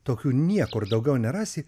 tokių niekur daugiau nerasi